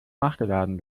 nachgeladen